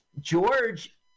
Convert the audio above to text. George